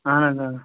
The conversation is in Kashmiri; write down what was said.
اَہَن حظ آ